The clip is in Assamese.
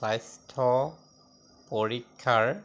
স্বাস্থ্য পৰীক্ষাৰ